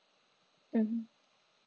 mmhmm